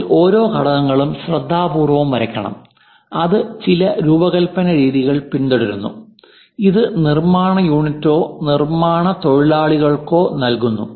അതിനാൽ ഓരോ ഘടകങ്ങളും ശ്രദ്ധാപൂർവ്വം വരയ്ക്കണം അത് ചില രൂപകൽപ്പന രീതികൾ പിന്തുടരുന്നു ഇത് നിർമ്മാണ യൂണിറ്റിനോ നിർമ്മാണ തൊഴിലാളികൾക്കോ നൽകുന്നു